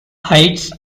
heights